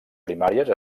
primàries